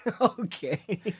Okay